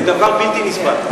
זה דבר בלתי נסבל.